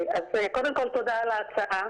קודם כול תודה על ההצעה.